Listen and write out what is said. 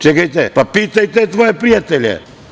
Čekajte, pa pitaj te tvoje prijatelje.